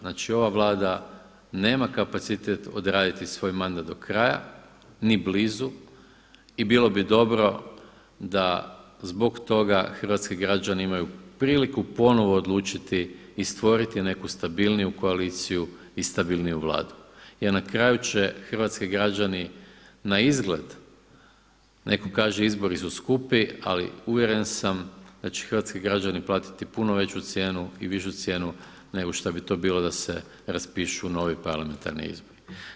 Znači ova Vlada nema kapacitet odraditi svoj mandat do kraja, ni blizu i bilo bi dobro da zbog toga hrvatski građani imaju priliku ponovo odlučiti i stvoriti neku stabilniju koaliciju i stabilniju Vladu jer na kraju će hrvatski građani na izgled, neko kaže izbori su skupi, ali uvjeren sam da će hrvatski građani platiti puno veću cijenu i višu cijenu nego šta bi to bilo da se raspišu novi parlamentarni izbori.